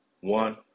One